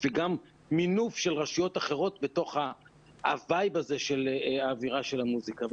וגם מינוף של רשויות אחרות בתוך ה"וויב" הזה של האווירה של המוסיקה.